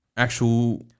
actual